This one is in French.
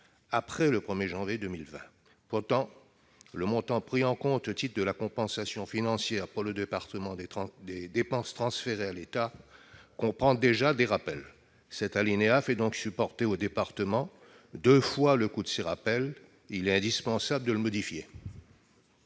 après cette date. Pourtant, le montant pris en compte au titre de la compensation financière par le département des dépenses transférées à l'État comprend déjà des rappels. L'alinéa 109 fait donc supporter au département deux fois le coût de ces rappels : il est indispensable de le modifier.